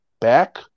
back